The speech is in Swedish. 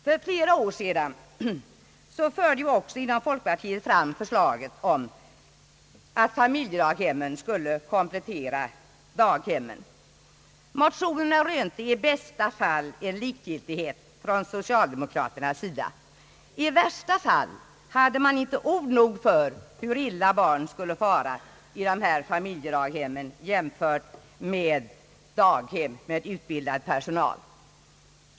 För flera år sedan framfördes också från folkpartihåll i riksdagen förslaget om att familjedaghemmen skulle komplettera daghemmen. Motionerna rönte i bästa fall likgiltighet från socialdemokraternas sida. I värsta fall hade man inte ord nog för hur illa barn skul le fara i dessa familjedaghem i jämförelse med barn i daghem med utbildad personal.